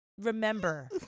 remember